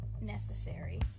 necessary